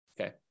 Okay